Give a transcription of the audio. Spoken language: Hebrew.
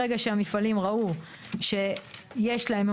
ברגע שהמפעלים ראו שיש להם,